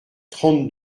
trente